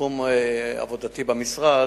תחום עבודתי במשרד,